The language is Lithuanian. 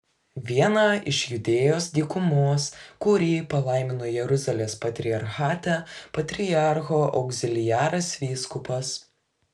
vieną iš judėjos dykumos kurį palaimino jeruzalės patriarchate patriarcho augziliaras vyskupas